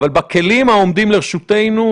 אבל בכלים העומדים לרשותנו,